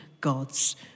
God's